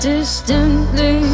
Distantly